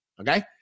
okay